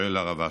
והשואל הרב אשר,